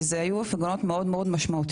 כי אלה היו הפגנות מאוד מאוד משמעותיות.